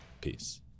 peace